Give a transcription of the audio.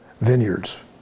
vineyards